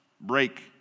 break